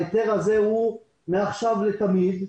אגב, ההיתר הזה הוא מעכשיו לתמיד.